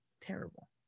Terrible